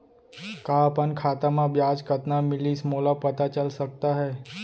का अपन खाता म ब्याज कतना मिलिस मोला पता चल सकता है?